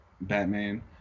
Batman